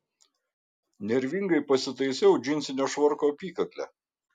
nervingai pasitaisiau džinsinio švarko apykaklę